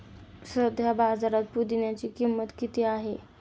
सध्या बाजारात पुदिन्याची किंमत किती आहे?